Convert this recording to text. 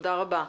תודה רבה.